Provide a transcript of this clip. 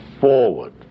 forward